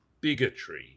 Bigotry